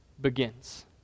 begins